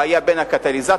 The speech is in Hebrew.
הוא היה בין הקטליזטורים,